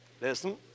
Listen